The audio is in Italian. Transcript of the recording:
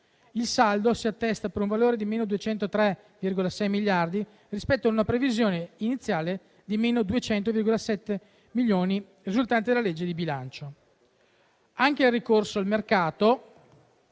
Il saldo si attesta su un valore di -303,6 miliardi rispetto a una previsione iniziale di -200,7 miliardi risultante della legge di bilancio. Anche il ricorso al mercato